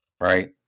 right